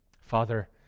Father